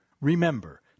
Remember